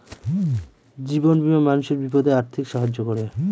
জীবন বীমা মানুষের বিপদে আর্থিক সাহায্য করে